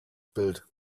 bild